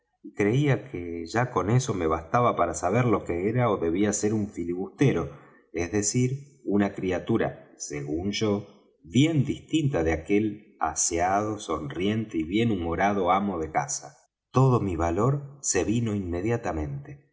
creí que ya con eso me bastaba para saber lo que era ó debía ser un filibustero es decir una criatura según yo bien distinta de aquel aseado sonriente y bien humorado amo de casa todo mi valor me vino inmediatamente